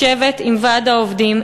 לשבת עם ועד העובדים,